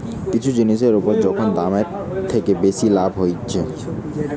কিছু জিনিসের উপর যখন দামের থেকে বেশি লাভ হতিছে